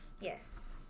Yes